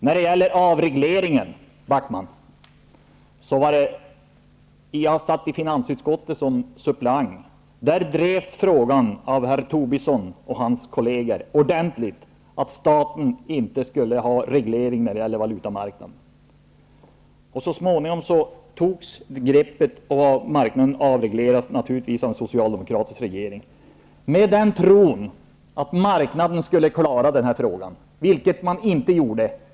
Vidare har vi avregleringen, Backman. Jag satt i finansutskottets som suppleant. Där drevs frågan ordentligt av herr Tobisson och hans kollegor, nämligen att staten inte skulle utöva någon reglering när det gäller valutamarknaden. Så småningom togs greppet, och marknaden avreglerades naturligtvis av en socialdemokratisk regering. Detta gjordes i tron att marknaden skulle klara frågan, vilket den inte gjorde.